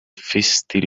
feisty